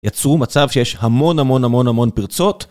יצרו מצב שיש המון המון המון המון פרצות